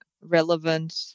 relevant